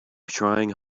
trying